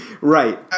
Right